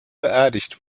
beerdigt